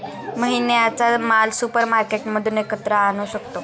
महिन्याचा माल सुपरमार्केटमधून एकत्र आणू शकतो